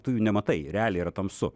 tu jų nematai realiai yra tamsu